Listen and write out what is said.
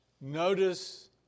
notice